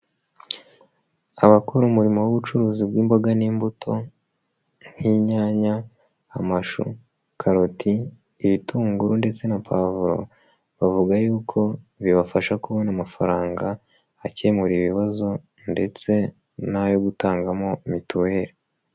Abakora umurimo w'ubucuruzi bw'imboga n'imbuto nk'inyanya, amashu, karoti, ibitunguru ndetse na pavuro bavuga y'uko bibafasha kubona amafaranga akemura ibibazo ndetse n'ayo gutangamo mituweri.